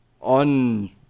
on